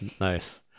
Nice